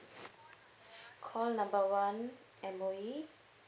call number one M_O_E